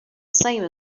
same